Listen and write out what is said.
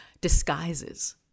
disguises